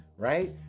right